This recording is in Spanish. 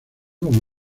como